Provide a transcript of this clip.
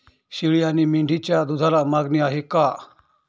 शेळी आणि मेंढीच्या दूधाला मागणी आहे का?